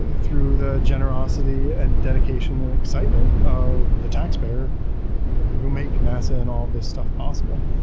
ah through the generosity, and dedication, and excitement of the taxpayer who makes nasa and all of this stuff possible.